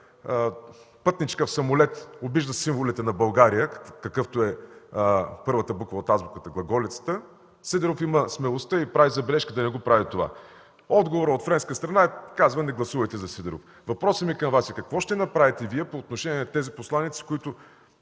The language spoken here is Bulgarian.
пътничка в самолет обижда символите на България, какъвто е първата буква от азбуката – Глаголицата, Сидеров има смелостта и й направи забележка да не прави това. Отговорът от френска страна е: „Не гласувайте за Сидеров”. Въпросът ми към Вас е: какво ще направите Вие по отношение на тези посланици, които